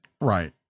Right